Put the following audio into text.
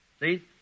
See